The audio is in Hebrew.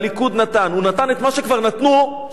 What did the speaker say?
הוא נתן את מה שכבר נתנו שלוש פעמים.